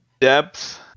depth